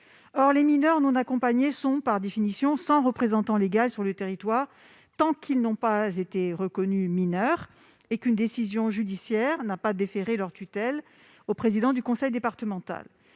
Or les mineurs non accompagnés sont, par définition, sans représentant légal sur le territoire, tant qu'ils n'ont pas été reconnus mineurs et qu'une décision judiciaire n'a pas déféré leur tutelle au président du conseil départemental.